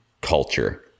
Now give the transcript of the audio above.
culture